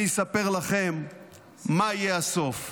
אני אספר לכם מה יהיה הסוף: